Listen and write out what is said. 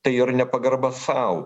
tai ir nepagarba sau